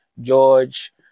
George